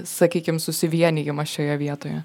sakykim susivienijimą šioje vietoje